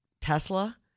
Tesla